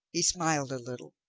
he smiled a little.